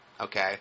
Okay